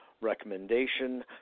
recommendation